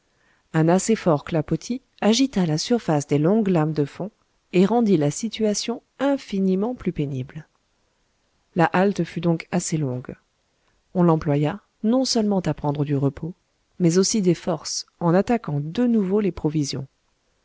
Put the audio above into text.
un assez fort clapotis agita la surface des longues lames de fond et rendit la situation infiniment plus pénible la halte fut donc assez longue on l'employa non seulement à prendre du repos mais aussi des forces en attaquant de nouveau les provisions